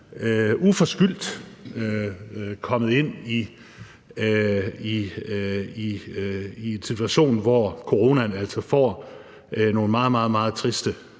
uforskyldt kommet i en situation, hvor coronaen altså får nogle meget, meget triste